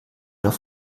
doch